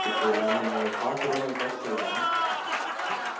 food எல்லாமே நாங்கள் பார்க்குறோம் நாங்கள் பார்த்துட்டு சொல்கிறோம் வாங்க